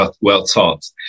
well-taught